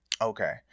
Okay